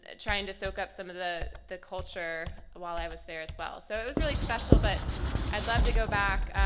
ah trying to soak up some of the the culture while i was there as well. so it was really special but i'd love to go back.